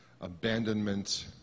abandonment